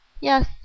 yes